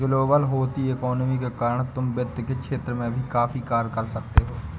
global होती economy के कारण तुम वित्त के क्षेत्र में भी काफी कार्य कर सकते हो